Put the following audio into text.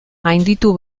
gainditu